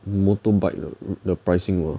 motorbike 的 the pricing [what]